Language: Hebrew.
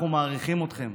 אנחנו מעריכים אתכם.